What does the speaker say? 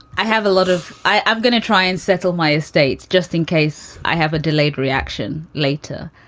i have a lot of i am going to try and settle my estate just in case i have a delayed reaction later.